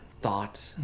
thought